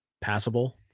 passable